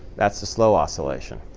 that's the slow oscillation.